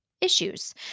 issues